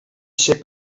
ser